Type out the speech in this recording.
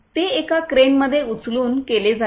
ते एका क्रेनमध्ये उचलून केले जाते